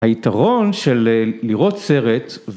‫היתרון של לראות סרט...